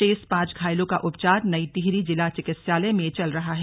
शेष पांच घायलों का उपचार नई टिहरी जिला चिकित्सालय में चल रहा है